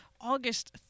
August